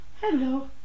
hello